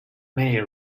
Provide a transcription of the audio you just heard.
mae